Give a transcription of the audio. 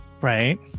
Right